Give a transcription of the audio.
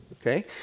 Okay